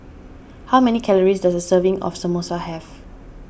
how many calories does a serving of Samosa have